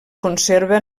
conserva